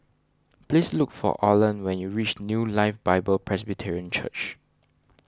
please look for Orland when you reach New Life Bible Presbyterian Church